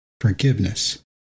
forgiveness